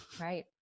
Right